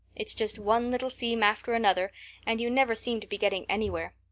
it's just one little seam after another and you never seem to be getting anywhere.